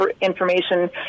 information